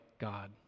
God